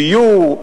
דיור,